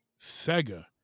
Sega